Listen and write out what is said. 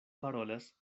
parolas